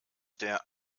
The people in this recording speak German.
der